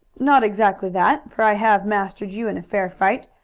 not exactly that, for i have mastered you in a fair fight,